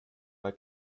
bei